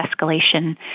escalation